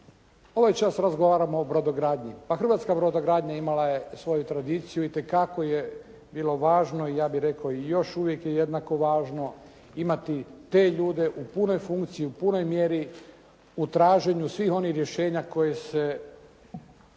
ovaj čas razgovaramo o brodogradnji. Pa hrvatska brodogradnja imala je svoju tradiciju. Itekako je bilo važno i ja bih rekao i još uvijek je jednako važno imati te ljude u punoj funkciji, u punoj mjeri u traženju svih onih rješenja koje se